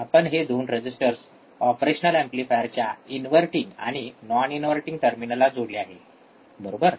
आपण हे २ registers operational एंपलिफायरच्या इनव्हर्टिंग आणि नाॅन इनव्हर्टिंग टर्मिनलला जोडले आहे बरोबर